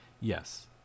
Yes